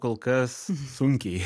kol kas sunkiai